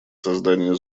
создание